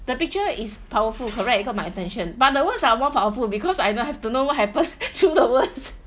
the picture is powerful correct it caught my attention but the words are more powerful because I don't have to know what happen through the words